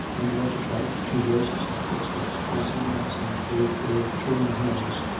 and, once or twice, to voices and footsteps passing on some paved way between the houses,